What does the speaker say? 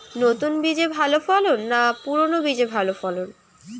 নতুন বীজে ভালো ফলন না পুরানো বীজে ভালো ফলন?